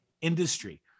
industry